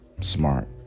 smart